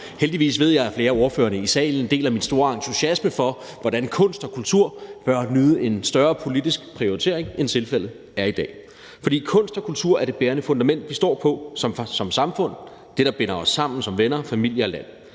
Heldigvis ved jeg, at flere af ordførerne i salen deler min store entusiasme for, hvordan kunst og kultur bør nyde en større politisk prioritering, end tilfældet er i dag. For kunst og kultur er det bærende fundament, vi står på som samfund, det, der binder os sammen som venner, familie og land,